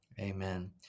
Amen